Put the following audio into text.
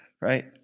Right